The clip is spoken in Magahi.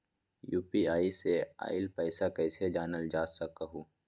यू.पी.आई से आईल पैसा कईसे जानल जा सकहु?